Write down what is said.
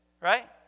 Right